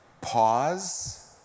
pause